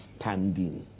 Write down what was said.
standing